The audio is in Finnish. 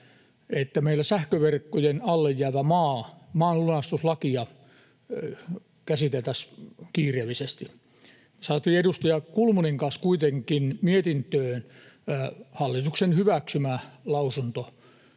että meillä sähköverkkojen alle jäävän maan lunastuslakia käsiteltäisiin kiireellisesti. Saatiin edustaja Kulmunin kanssa kuitenkin mietintöön hallituksen hyväksymä lausunto